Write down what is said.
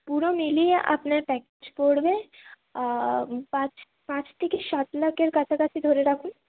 পুরো মিলিয়ে আপনার প্যাকেজ পড়বে পাঁচ পাঁচ থেকে সাত লাখের কাছাকাছি ধরে রাখুন